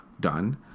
done